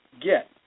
get